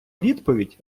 відповідь